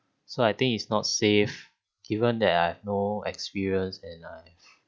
so I think it's not safe given I have no experience and I